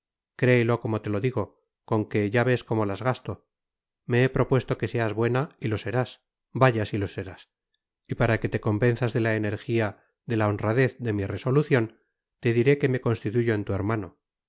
créelo como te lo digo con que ya ves cómo las gasto me he propuesto que seas buena y lo serás vaya si lo serás y para que te convenzas de la energía de la honradez de mi resolución te diré que me constituyo en tu hermano con